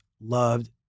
loved